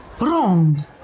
Wrong